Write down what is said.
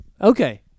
Okay